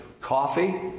coffee